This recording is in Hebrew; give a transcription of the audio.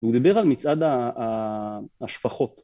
והוא דבר על מצעד השפחות.